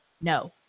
no